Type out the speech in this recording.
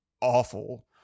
awful